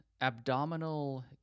abdominal